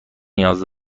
نیاز